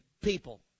people